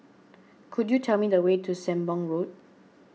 could you tell me the way to Sembong Road